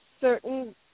certain